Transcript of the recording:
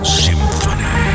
symphony